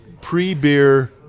pre-beer